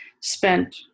spent